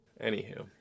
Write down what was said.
Anywho